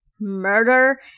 murder